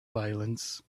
violence